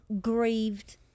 grieved